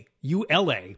ULA